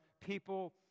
people